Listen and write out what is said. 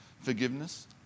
forgiveness